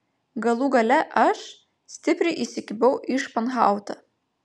galų gale aš stipriai įsikibau į španhautą